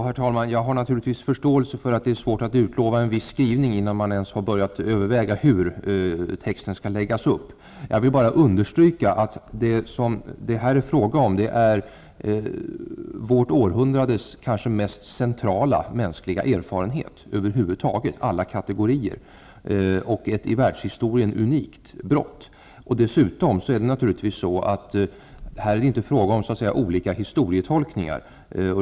Herr talman! Jag har naturligtvis förståelse för att det är svårt att utlova en viss skrivning innan man ens börjat överväga hur texten skall läggas upp. Jag vill bara understryka att det här är fråga om vårt århundrades kanske mest centrala mänskliga erfarenhet över huvud taget alla kategorier och ett i världshistorien unikt brott. Dessutom är det na turligtvis inte fråga om olika historietolkningar.